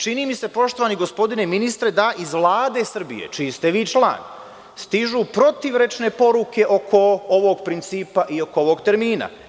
Čini mi se, poštovani gospodine ministre, da iz Vlade Srbije, čiji ste vi član, stižu protivrečne poruke oko ovog principa i oko ovog termina.